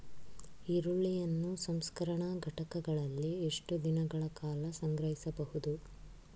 ಈರುಳ್ಳಿಯನ್ನು ಸಂಸ್ಕರಣಾ ಘಟಕಗಳಲ್ಲಿ ಎಷ್ಟು ದಿನಗಳ ಕಾಲ ಸಂಗ್ರಹಿಸಬಹುದು?